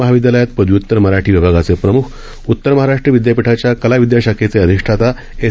महाविद्यालयात पदव्युतर मराठी विभागाचे प्रमुख उतर महाराष्ट्र विदयापीठाच्या कला विदयाशाखेचे अधिष्ठाता एस